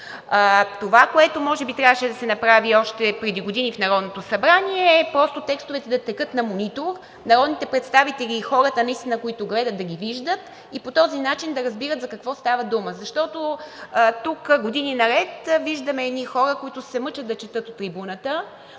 Това, което може би трябваше да се направи още преди години в Народното събрание, бе просто текстовете да текат на монитор, народните представители и хората, които гледат, да ги виждат и по този начин да разбират за какво става дума. Защото тук години наред виждаме едни хора, които се мъчат да четат от трибуната,